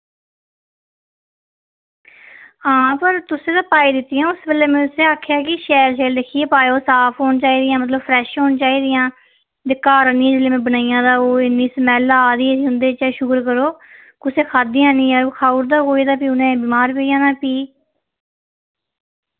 हां पर तुस ते पाई दित्तियां उस बेल्लै मैं तुसें आखेआ कि शैल शैल दिक्खियै पाओ साफ होन चाहिदियां मतलब फ्रैश होने चाहिदियां ते घर आह्निये जिसलै मैं बनाइयां ते ओ इन्नी स्मैल्ल आ दी ही उं'दे चा एह् शुकर करो कुसै खादियां नि ऐ खाऊड़दा कोई ते फ्ही उ'नै बमार पेई जाना फ्ही